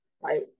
right